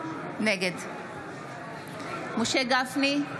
נגד משה גפני,